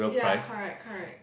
ya correct correct